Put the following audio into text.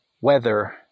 weather